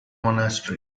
monastery